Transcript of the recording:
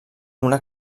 una